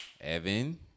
Evan